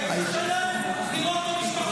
קשה להם לראות את המשפחות השכולות ביציע?